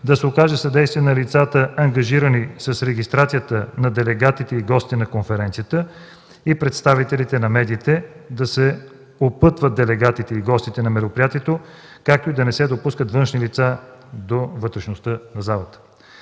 да се окаже съдействие на лицата, ангажирани с регистрацията на делегатите и гостите на конференцията и представителите на медиите; да се упътват делегатите и гостите на мероприятието, както и да не се допускат външни лица до вътрешността на залата.